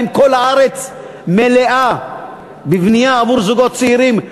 האם כל הארץ מלאה בבנייה עבור זוגות צעירים?